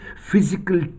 physical